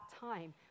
time